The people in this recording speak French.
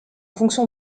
fonction